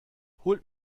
holt